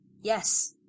Yes